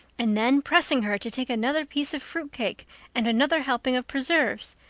and then pressing her to take another piece of fruit cake and another helping of preserves.